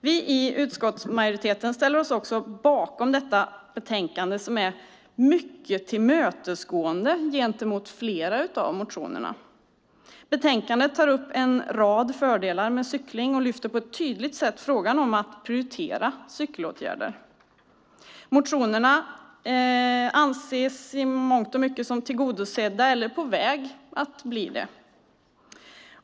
Vi i utskottsmajoriteten ställer oss bakom detta betänkande som är mycket tillmötesgående gentemot flera av motionerna. Betänkandet tar upp en rad fördelar med cykling och lyfter på ett tydligt sätt upp frågan om att prioritera cykelåtgärder. Motionerna anses i mångt och mycket som tillgodosedda eller på väg att bli det.